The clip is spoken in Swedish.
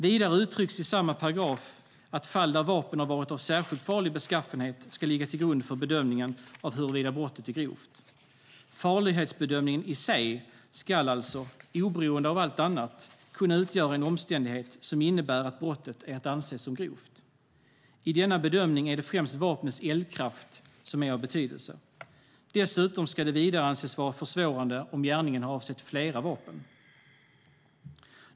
Vidare uttrycks i samma paragraf att fall där vapen har varit av särskilt farlig beskaffenhet ska ligga till grund för bedömningen av huruvida brottet är grovt. Farlighetsbedömningen i sig ska alltså - oberoende av allt annat - kunna utgöra en omständighet som innebär att brottet är att anse som grovt. I denna bedömning är det främst vapnets eldkraft som är av betydelse. Dessutom ska det anses vara försvårande att gärningen har avsett flera vapen.